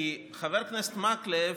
כי חבר הכנסת מקלב,